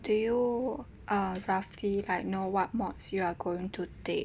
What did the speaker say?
do you uh roughly like know what mods you are going to take